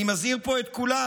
אני מזהיר פה את כולם.